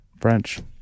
French